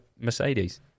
Mercedes